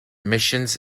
missions